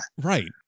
Right